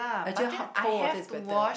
actually hot cold water is better